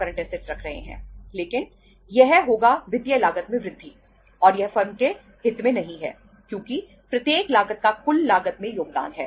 current ratio रख रहे हैं लेकिन यह होगा वित्तीय लागत में वृद्धि और यह फर्म के हित में नहीं है क्योंकि प्रत्येक लागत का कुल लागत में योगदान है